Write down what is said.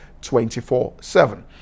24-7